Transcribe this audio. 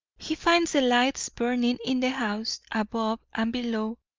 he finds the lights burning in the house above and below,